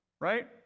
right